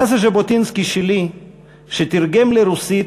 ז'בוטינסקי שלי הוא שתרגם לרוסית,